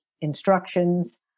instructions